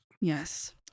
Yes